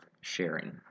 sharing